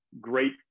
great